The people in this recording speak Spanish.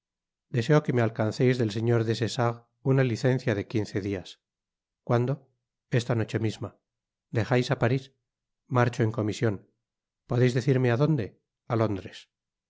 deseo que me alcanceis del señor des essarts una licencia de quince dias cuando esta noche misma dejais á paris marcho en comision podeis decirme á donde a